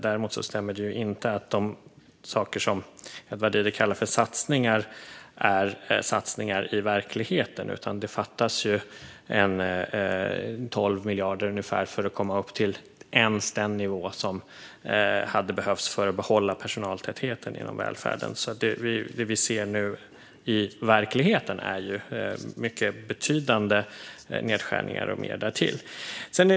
Däremot stämmer det inte att de saker som Edward Riedl kallar för satsningar är satsningar i verkligheten. Det fattas ungefär 12 miljarder för att man ens ska komma upp till den nivå som hade behövts för att behålla personaltätheten inom välfärden. Det vi nu ser i verkligheten är mycket betydande nedskärningar och mer därtill.